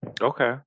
okay